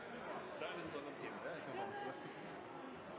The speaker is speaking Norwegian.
Da er det, kjære medrepresentanter, sånn